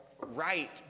right